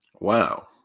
Wow